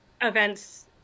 events